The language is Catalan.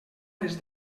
les